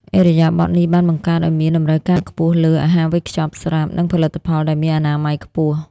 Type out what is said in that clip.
ឥរិយាបថនេះបានបង្កើតឱ្យមានតម្រូវការខ្ពស់លើ "អាហារវេចខ្ចប់ស្រាប់" និងផលិតផលដែលមានអនាម័យខ្ពស់។